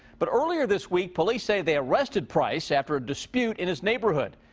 but earlier this week. police say they arrested price. after a dispute in his neighborhood.